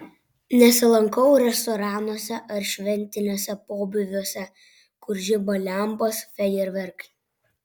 nesilankau restoranuose ar šventiniuose pobūviuose kur žiba lempos fejerverkai